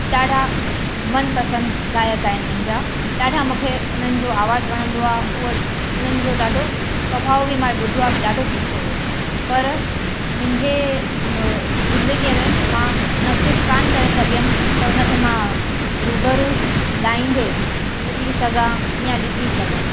ॾाढा मनपसंदि गाइक आहिनि मुंहिंजा ॾाढा मूंखे उन्हनि जो आवाज़ु वणंदो आहे उहे उन्हनि जो ॾाढो स्वभाव बि मां ॿुधो आहे ॾाढो सुठो हुओ पर मुंहिंजे म ज़िंदगीअ में मां नसीब कोन करे सघियमि त उन खे मां रुबरू ॻाईंदे ॿुधी सघां यां ॾिसी सघां